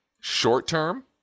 short-term